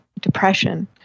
depression